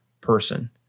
person